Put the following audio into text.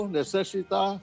necessita